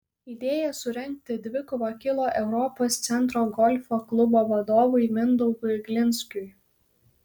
idėja surengti dvikovą kilo europos centro golfo klubo vadovui mindaugui glinskiui